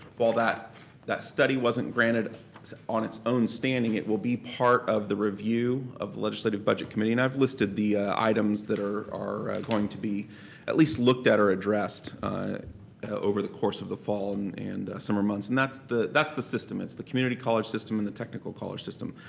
while that that study wasn't granted on its own standing, it will be part of the review of the legislative budget committee and i've listed the items that are going to be at least looked at or addressed over the course of the fall and the summer months. and that's the that's the system, it's the community college system and the technical college system.